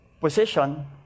position